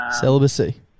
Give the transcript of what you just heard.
Celibacy